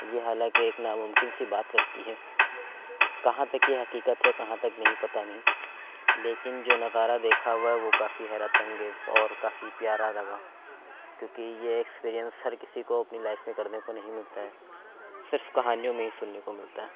یہ حالانکہ ایک نا ممکن سی بات لگتی ہے کہاں تک یہ حقیقت ہے کہاں تک نہیں پتہ نہیں لیکن جو نظارہ دیکھا ہُوا ہے وہ کافی حیرت انگیز اور کافی پیار لگا کیوں کہ یہ ایکسپیرنس ہر کسی کو اپنی لائف میں کرنے کو نہیں ملتا ہے صرف کہانیوں میں ہی سُننے کو ملتا ہے